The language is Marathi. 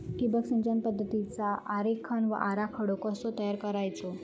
ठिबक सिंचन पद्धतीचा आरेखन व आराखडो कसो तयार करायचो?